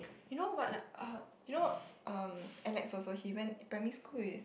you know what like oh you know um Alex also he went primary school with